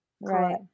right